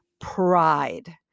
pride